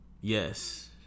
Yes